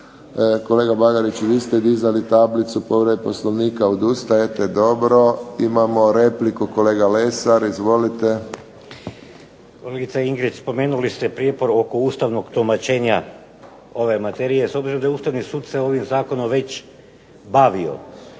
Kolega Bagarić, vi ste dizali tablicu povreda Poslovnika. Odustajete? Dobro. Imamo repliku kolega Lesar. Izvolite. **Lesar, Dragutin (Nezavisni)** Kolegice Ingrid, spomenuli ste prijepor oko ustavnog tumačenja ove materije s obzirom da je Ustavni sud se ovim zakonom već bavio